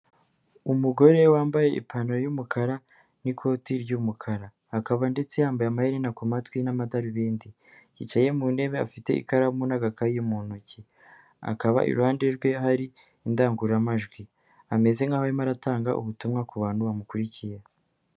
Umugore wambaye ipantaro y'umukara n'ikoti ry'umukara, akaba ndetse yambaye amaherena ku matwi n'amadarubindi, yicaye mu ntebe afite ikaramu n'agakayi mu ntoki, akaba iruhande rwe hari indangururamajwi, ameze nkaho arimo aratanga ubutumwa ku bantu bamukurikiye.